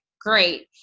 great